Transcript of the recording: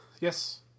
Yes